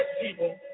people